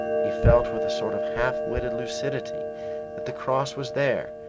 he felt with a sort of half-witted lucidity that the cross was there,